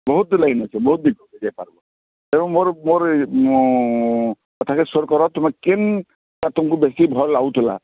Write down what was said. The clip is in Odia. ବହୁତ୍ ଲାଇନ୍ ଅଛି ବହୁତ୍ ଦିଗକୁ ଯାଇପାରିବ ଏବଂ ମୋର ମୋର ଉଁ ତଥାପି ସିୟୋର୍ କର ତୁମେ କିନ୍ ତୁମକୁ ଦେଖି ଭଲ ଲାଗୁଥିଲା